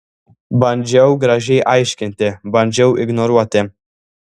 bandžiau gražiai aiškinti bandžiau ignoruoti